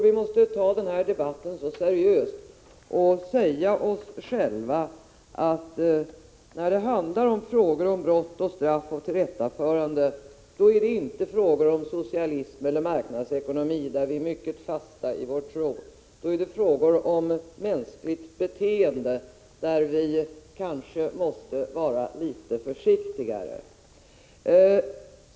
Vi måste ta denna debatt seriöst och säga oss själva, att när det handlar om frågor om brott och straff och tillrättaförande är det inte fråga om socialism eller marknadsekonomi, där vi är mycket fasta i vår tro, utan det är fråga om mänskligt beteende, där vi kanske måste vara litet försiktigare.